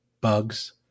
bugs